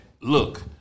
look